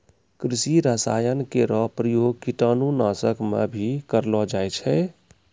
कृषि रसायन केरो प्रयोग कीटाणु नाशक म भी करलो जाय छै